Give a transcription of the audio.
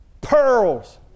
pearls